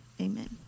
Amen